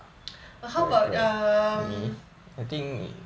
but how about um